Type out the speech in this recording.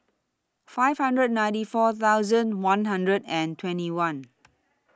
five hundred and ninety four thousand one hundred and twenty one